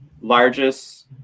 largest